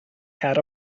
had